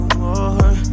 more